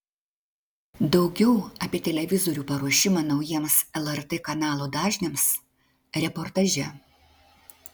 daugiau apie televizorių paruošimą naujiems lrt kanalų dažniams reportaže